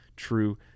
true